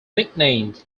nicknamed